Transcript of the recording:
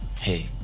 hey